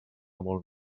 molt